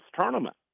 tournament